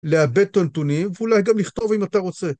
לעבד ת'נתונים, אולי גם לכתוב אם אתה רוצה.